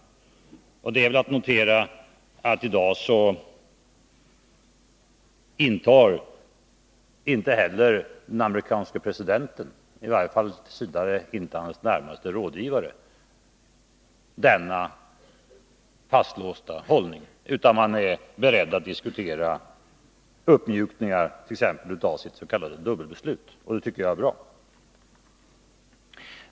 Och det är väl att notera att i dag inte heller den amerikanska presidenten —-i varje fallt. v. inte hans närmaste rådgivare — intar denna fastlåsta hållning utan är beredd att diskutera uppmjukningart.ex. av dets.k. dubbelbeslutet. Och detta tycker jag är bra.